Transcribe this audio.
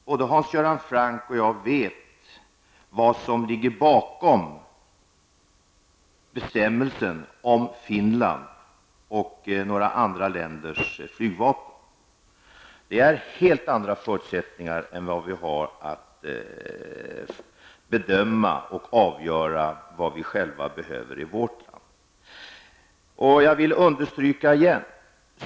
Både Hans Göran Franck och jag vet vad som ligger bakom bestämmelserna om Finlands och några andra länders flygvapen. Dessa länder har helt andra förutsättningar än vi att avgöra storleken på flygvapnen.